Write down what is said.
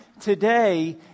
today